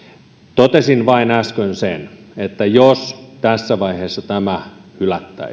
totesin vain äsken sen että jos tässä vaiheessa tämä hylättäisiin niin edessä